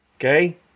Okay